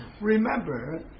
Remember